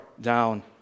down